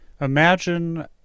Imagine